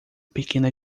pequena